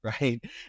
right